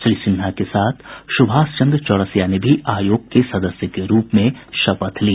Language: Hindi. श्री सिन्हा के साथ सुभाष चन्द्र चौरसिया ने भी आयोग के सदस्य के रूप में शपथ ली